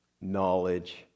knowledge